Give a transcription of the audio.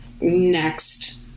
next